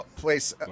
place